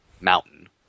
mountain